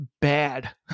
bad